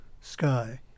sky